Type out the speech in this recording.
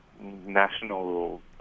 national